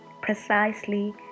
precisely